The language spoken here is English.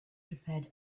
prepared